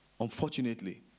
unfortunately